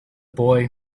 boy